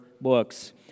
books